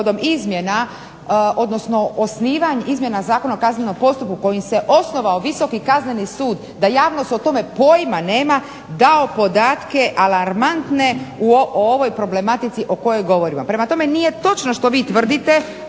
odnosno izmjena Zakona o kaznenom postupku kojim se osnovao Visoki kazneni sud da javnost o tome pojma nema dao podatke alarmantne o ovoj problematici o kojoj govorimo. Prema tome, nije točno što vi tvrdite